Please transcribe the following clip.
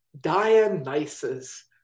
Dionysus